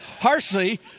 harshly